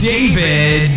David